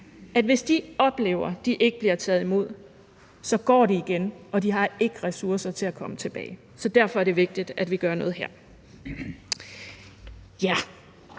at hvis de oplever, at de ikke bliver taget imod, så går de igen, og de har ikke ressourcer til at komme tilbage. Så derfor er det vigtigt, at vi gør noget her.